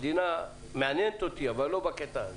המדינה מעניינת אותי אבל לא בקטע הזה.